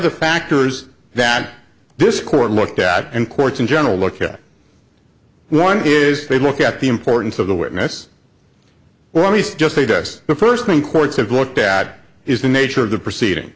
the factors that this court looked at and courts in general look at one is they look at the importance of the witness when he's just made us the first one courts have looked at is the nature of the proceeding